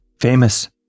famous